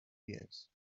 years